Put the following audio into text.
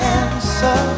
answer